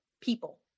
people